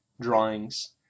drawings